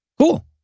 Cool